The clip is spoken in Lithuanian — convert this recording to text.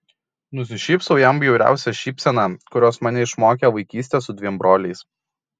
nusišypsau jam bjauriausia šypsena kurios mane išmokė vaikystė su dviem broliais